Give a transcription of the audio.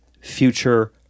future